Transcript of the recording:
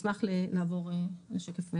(שקף: אכיפה פלילית).